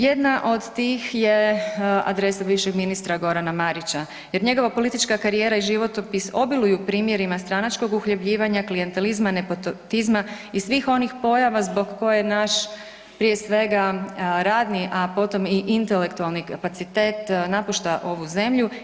Jedna od tih je adresa bivšeg ministra Gorana Marića jer njegova politička karijera i životopis obiluju primjerima stranačkog uhljebljivanja, klijentelizma, nepotizma i svih onih pojava zbog koje naš prije svega radni, a potom i intelektualni kapacitet napušta ovu zemlju.